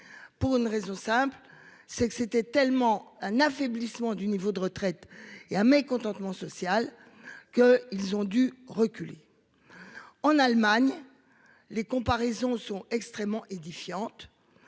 Pour une raison simple, c'est que c'était tellement un affaiblissement du niveau de retraite et un mécontentement social que ils ont dû reculer. En Allemagne, les comparaisons sont extrêmement édifiante.